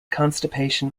constipation